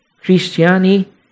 Christiani